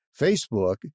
Facebook